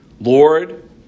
Lord